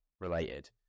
related